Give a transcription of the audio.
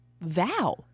vow